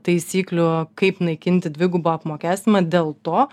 taisyklių kaip naikinti dvigubą apmokestinimą dėl to